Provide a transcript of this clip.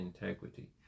integrity